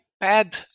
pad